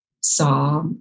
saw